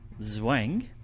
Zwang